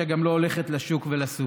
שגם לא הולכת לשוק ולסופר.